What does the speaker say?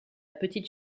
petite